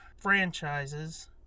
franchises